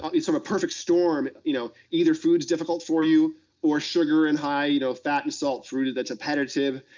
um it's um a perfect storm. you know either food is difficult for you or sugar and high you know fat and salt food that's repetitive,